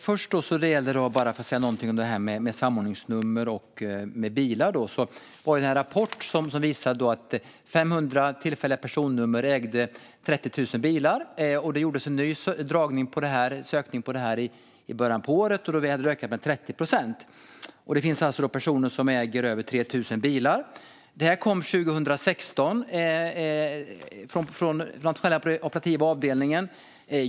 Herr talman! Jag ska säga något om samordningsnummer och bilar. Det var en rapport som visade att 500 tillfälliga personnummer ägde 30 000 bilar. Det gjordes en ny sökning i början av året, och då hade det ökat med 30 procent. Det finns alltså personer som äger över 3 000 bilar. Rapporten kom 2016 från Nationella operativa avdelningen.